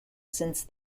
since